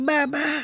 Baba